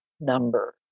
number